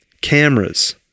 cameras